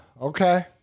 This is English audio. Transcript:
okay